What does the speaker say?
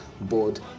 board